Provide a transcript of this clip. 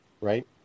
Right